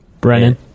Brennan